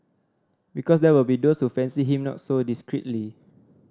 because there will be those who fancy him not so discreetly